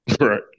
Right